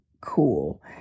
cool